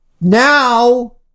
Now